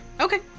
Okay